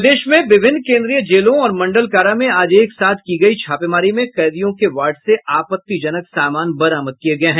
प्रदेश में विभिन्न केन्द्रीय जेलों और मंडल कारा में आज एक साथ की गयी छापेमारी में कैदियों के वार्ड से आपत्तिजनक सामान बरामद किये गये हैं